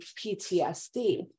PTSD